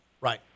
Right